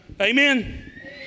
Amen